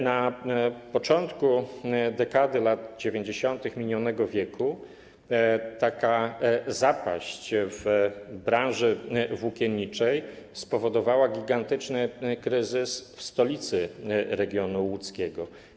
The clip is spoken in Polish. Na początku dekady lat 90. minionego wieku taka zapaść w branży włókienniczej spowodowała gigantyczny kryzys w stolicy regionu łódzkiego.